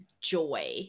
joy